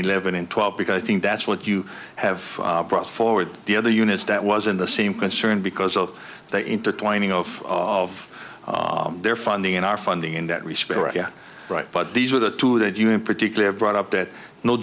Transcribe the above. eleven in twelve because i think that's what you have brought forward the other units that was in the same concern because of the intertwining of of their funding in our funding in that respect right but these were the two that you in particular brought up that